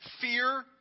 fear